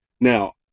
now